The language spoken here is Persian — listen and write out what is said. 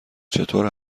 چطور